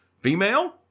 female